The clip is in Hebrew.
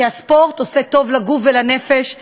כי הספורט עושה טוב לגוף ולנפש,